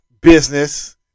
business